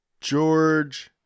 George